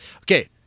Okay